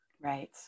right